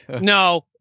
no